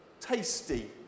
tasty